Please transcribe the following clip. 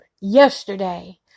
yesterday